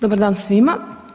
Dobar dan svima.